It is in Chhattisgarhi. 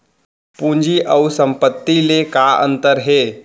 पूंजी अऊ संपत्ति ले का अंतर हे?